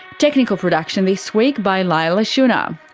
technical production this week by leila shunnar,